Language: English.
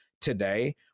today